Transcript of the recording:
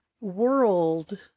World